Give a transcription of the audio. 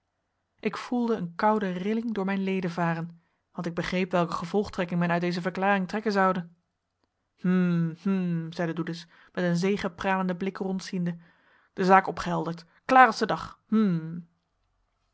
ik voelde een koude rilling door mijn leden varen want ik begreep welke gevolgtrekking men uit deze verklaring trekken zoude hm hm zeide doedes met een zegepralenden blik rondziende de zaak opgehelderd klaar als de dag hm helding